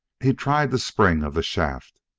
he tried the spring of the shaft.